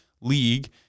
league